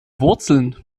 wurzeln